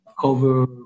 cover